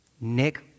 Nick